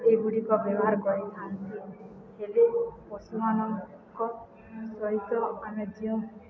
ଏଗୁଡ଼ିକ ବ୍ୟବହାର କରିଥାନ୍ତି ହେଲେ ପଶୁମାନଙ୍କ ସହିତ ଆମେ ଯେଉଁ